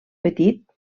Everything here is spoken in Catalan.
petit